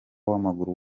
w’amaguru